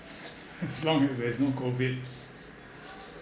as long as there's no COVID